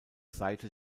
seite